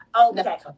Okay